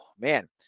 man